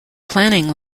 planning